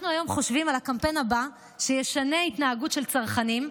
אנחנו חושבים היום על הקמפיין הבא שישנה התנהגות של צרכנים,